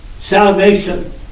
salvation